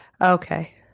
Okay